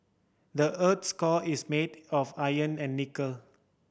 the earth core is made of iron and nickel